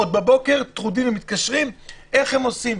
עוד בבוקר טרודים - איך הם עושים.